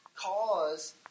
cause